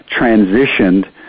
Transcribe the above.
transitioned